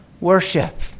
worship